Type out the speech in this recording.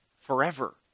forever